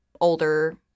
older